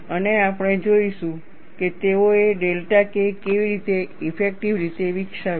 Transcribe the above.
અને આપણે જોઈશું કે તેઓએ ડેલ્ટા K કેવી રીતે ઇફેક્ટિવ રીતે વિકસાવ્યું